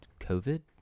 COVID